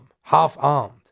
half-armed